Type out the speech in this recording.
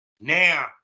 Now